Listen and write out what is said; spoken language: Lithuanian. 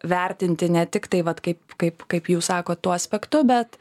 vertinti ne tik tai vat kaip kaip kaip jūs sakot tuo aspektu bet